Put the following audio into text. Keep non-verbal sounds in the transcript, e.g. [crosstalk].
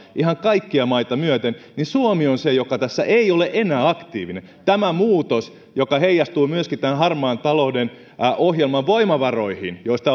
ihan kaikkia maita myöten niin suomi on se joka tässä ei ole enää aktiivinen tämä muutos joka heijastuu myöskin harmaan talouden ohjelman voimavaroihin joista [unintelligible]